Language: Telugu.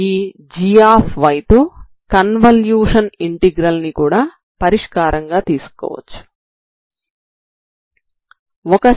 ఈ g తో కన్వల్యూషన్ ఇంటిగ్రల్ ని కూడా పరిష్కారంగా తీసుకోవచ్చు